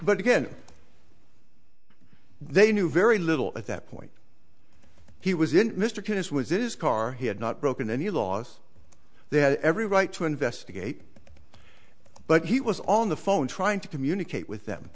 but again they knew very little at that point he was in mr curtis was it is car he had not broken any laws they had every right to investigate but he was on the phone trying to communicate with them